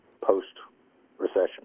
post-recession